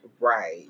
Right